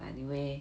but anyway